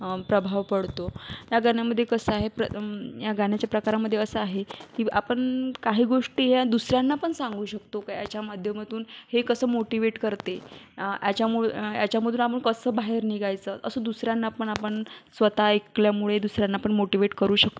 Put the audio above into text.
प्रभाव पडतो ह्या गाण्यामध्ये कसं आहे प्र या गाण्याच्या प्रकारामध्ये असं आहे की आपण काही गोष्टी ह्या दुसऱ्यांना पण सांगू शकतो काय याच्या माध्यमातून हे कसं मोटिवेट करते याच्यामुळे याच्यामधून आपण कसं बाहेर निघायचं असं दुसऱ्यांना पण आपण स्वत ऐकल्यामुळे दुसऱ्यांना पण मोटिवेट करू शकतो